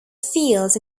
fields